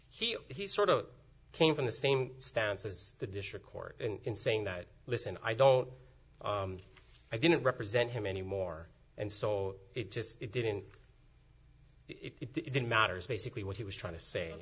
he he sort of came from the same stance as the district court in saying that listen i don't i didn't represent him anymore and so it just didn't it didn't matter is basically what he was trying to say and